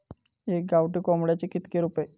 एका गावठी कोंबड्याचे कितके रुपये?